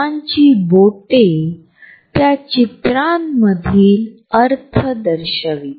प्रॉक्सॅमिक्सची उत्पत्ती 'निकटता' या शब्दापासून होते जी नातेसंबंधातील निकटता दर्शवते